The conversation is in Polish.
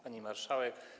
Pani Marszałek!